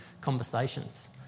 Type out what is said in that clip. conversations